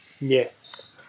Yes